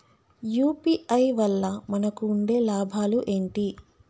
UPI వల్ల మనకు ఉండే లాభాలు ఏంటి?